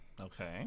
Okay